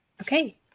okay